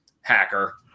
hacker